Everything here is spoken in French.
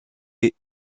ait